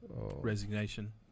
Resignation